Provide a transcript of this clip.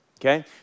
Okay